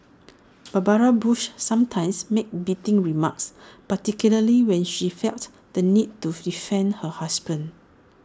Barbara bush sometimes made biting remarks particularly when she felt the need to defend her husband